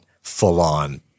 full-on